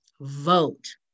vote